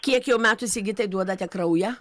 kiek jau metų sigitai duodate kraują